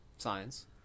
Science